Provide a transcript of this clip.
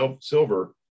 Silver